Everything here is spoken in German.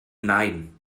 nein